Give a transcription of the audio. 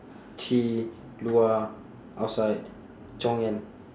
去 luar outside 抽烟